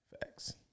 Facts